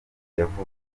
yavutse